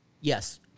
Yes